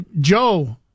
Joe